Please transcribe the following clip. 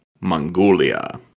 Mongolia